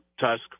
Tusk